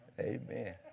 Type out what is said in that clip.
Amen